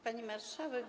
Pani Marszałek!